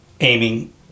aiming